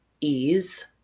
ease